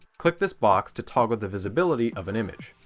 click this box to toggle the visibility of an image.